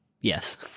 Yes